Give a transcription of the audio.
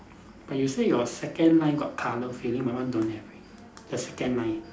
but you say your second line got colour filling my one don't have right the second line